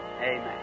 Amen